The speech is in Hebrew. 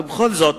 בכל זאת,